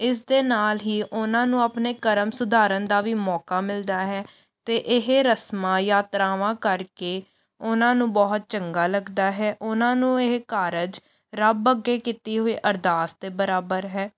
ਇਸ ਦੇ ਨਾਲ ਹੀ ਉਹਨਾਂ ਨੂੰ ਆਪਣੇ ਕਰਮ ਸੁਧਾਰਨ ਦਾ ਵੀ ਮੌਕਾ ਮਿਲਦਾ ਹੈ ਅਤੇ ਇਹ ਰਸਮਾ ਯਾਤਰਾਵਾਂ ਕਰਕੇ ਉਹਨਾਂ ਨੂੰ ਬਹੁਤ ਚੰਗਾ ਲੱਗਦਾ ਹੈ ਉਹਨਾਂ ਨੂੰ ਇਹ ਕਾਰਜ ਰੱਬ ਅੱਗੇ ਕੀਤੀ ਹੋਈ ਅਰਦਾਸ ਦੇ ਬਰਾਬਰ ਹੈ